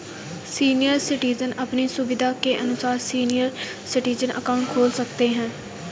senior citizen अपनी सुविधा के अनुसार सीनियर सिटीजन अकाउंट खोल सकते है